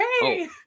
hey